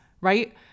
right